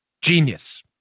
Genius